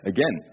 Again